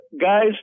guys